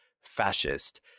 fascist